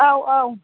औ औ